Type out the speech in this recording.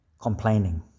complaining